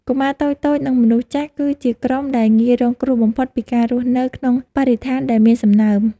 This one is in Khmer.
កុមារតូចៗ និងមនុស្សចាស់គឺជាក្រុមដែលងាយរងគ្រោះបំផុតពីការរស់នៅក្នុងបរិស្ថានដែលមានសំណើម។